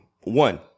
One